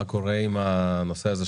מה קורה עם הנושא של